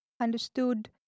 understood